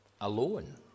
alone